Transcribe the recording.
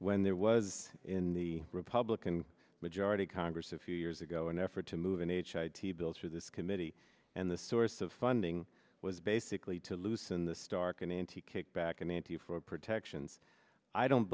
when there was in the republican majority congress a few years ago an effort to move an h t bills for this committee and the source of funding was basically to loosen the stark and anti kickback and anti for protections i don't